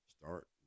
Start